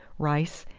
rice,